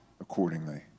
accordingly